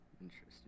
Interesting